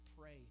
pray